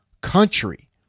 country